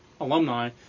alumni